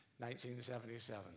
1977